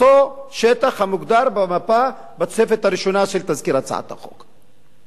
אותו שטח המוגדר במפה בתוספת הראשונה של תזכיר הצעת החוק.